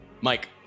Mike